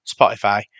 Spotify